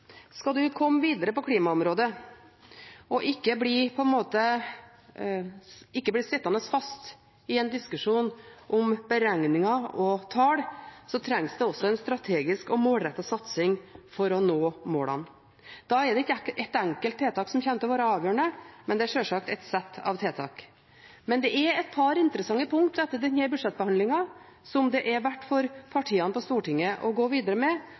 Skal en komme videre på klimaområdet og ikke bli sittende fast i en diskusjon om beregninger og tall, trengs det også en strategisk og målrettet satsing for å nå målene. Da er det ikke et enkelt tiltak som kommer til å være avgjørende, men det er sjølsagt et sett av tiltak. Det er et par interessante punkt etter denne budsjettbehandlingen som det er verdt for partiene på Stortinget å gå videre med,